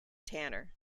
tanner